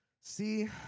See